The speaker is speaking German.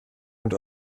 und